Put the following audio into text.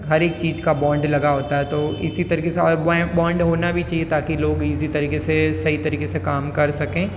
हर एक चीज़ का बाॅन्ड लगा होता है तो इसी तरीके से और बाॅन्ड होना भी चाहिए ताकि लोग ईज़ी तरीके से सही तरीके से काम कर सकें